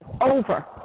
over